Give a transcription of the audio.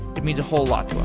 it means a whole lot